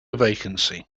vacancy